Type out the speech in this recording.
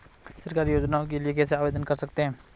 सरकारी योजनाओं के लिए कैसे आवेदन कर सकते हैं?